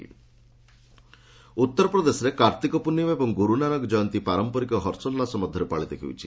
UP Kartik Purnima ଉତ୍ତରପ୍ରଦେଶରେ କାର୍ତ୍ତିକ ପ୍ରର୍ଷ୍ଣିମା ଓ ଗୁରୁନାନକ ଜୟନ୍ତୀ ପାରମ୍ପାରିକ ହାର୍ସାଲ୍ଲାସ ମଧ୍ୟରେ ପାଳଶତ ହେଉଛି